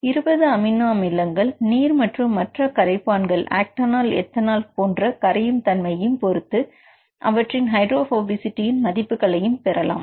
இருபது அமினோ அமிலங்கள் நீர் மற்றும் மற்ற கரைப்பான்கள் ஆக்டனால் எத்தனால் கரையும் தன்மையையும் பொருத்து அவற்றின் ஹைட்ரோபோபிசிட்டியின் மதிப்புகளை பெறலாம்